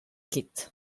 ket